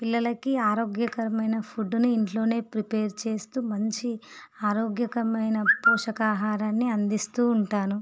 పిల్లలకి ఆరోగ్యకరమైన ఫుడ్ని ఇంట్లో ప్రిపేర్ చేస్తు మంచి ఆరోగ్యకరమైన పోషకాహారాన్ని అందిస్తు ఉంటాను